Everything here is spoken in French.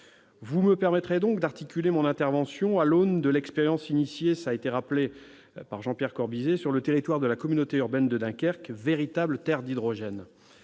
Vous me permettrez donc d'articuler mon intervention à l'aune de l'expérience engagée- cela a été rappelé par Jean-Pierre Corbisez -sur le territoire de la communauté urbaine de Dunkerque, véritable terre d'hydrogène.